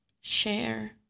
share